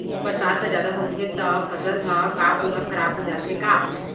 बरसात ह जादा होथे त फसल ह का पूरा खराब हो जाथे का?